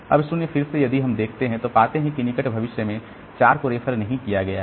अब 0 फिर से यदि हम देखते हैं तो पाते हैं कि निकट भविष्य में 4 को रेफर नहीं किया गया है